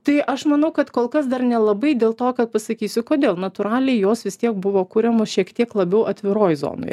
tai aš manau kad kol kas dar nelabai dėl to kad pasakysiu kodėl natūraliai jos vis tiek buvo kuriamos šiek tiek labiau atviroj zonoj